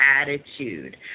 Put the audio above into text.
attitude